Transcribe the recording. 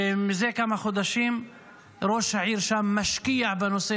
שמזה כמה חודשים ראש העיר שם משקיע בנושא